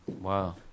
Wow